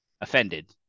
offended